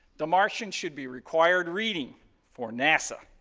the martian should be required reading for nasa.